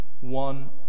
one